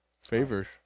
Favors